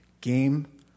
game